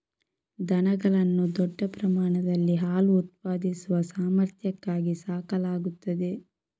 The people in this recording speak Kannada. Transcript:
ದನಗಳನ್ನು ದೊಡ್ಡ ಪ್ರಮಾಣದಲ್ಲಿ ಹಾಲು ಉತ್ಪಾದಿಸುವ ಸಾಮರ್ಥ್ಯಕ್ಕಾಗಿ ಸಾಕಲಾಗುತ್ತದೆ